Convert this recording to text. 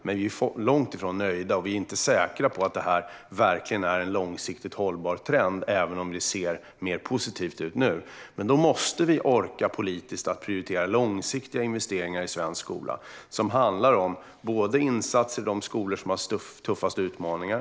Men vi är långt ifrån nöjda, och vi är inte säkra på att detta verkligen är en långsiktigt hållbar trend även om det ser mer positivt ut nu. Men då måste vi orka politiskt att prioritera långsiktiga investeringar i svensk skola som handlar om insatser i de skolor som har tuffast utmaningar.